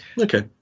Okay